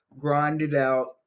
grinded-out